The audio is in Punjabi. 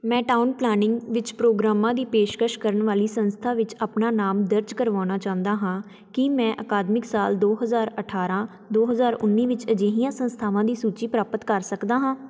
ਮੈਂ ਟਾਊਨ ਪਲਾਨਿੰਗ ਵਿੱਚ ਪ੍ਰੋਗਰਾਮਾਂ ਦੀ ਪੇਸ਼ਕਸ਼ ਕਰਨ ਵਾਲੀ ਸੰਸਥਾ ਵਿੱਚ ਆਪਣਾ ਨਾਮ ਦਰਜ ਕਰਵਾਉਣਾ ਚਾਹੁੰਦਾ ਹਾਂ ਕੀ ਮੈਂ ਅਕਾਦਮਿਕ ਸਾਲ ਦੋ ਹਜ਼ਾਰ ਅਠਾਰਾਂ ਦੋ ਹਜ਼ਾਰ ਉੱਨੀ ਵਿੱਚ ਅਜਿਹੀਆਂ ਸੰਸਥਾਵਾਂ ਦੀ ਸੂਚੀ ਪ੍ਰਾਪਤ ਕਰ ਸਕਦਾ ਹਾਂ